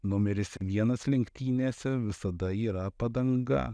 numeris vienas lenktynėse visada yra padanga